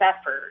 effort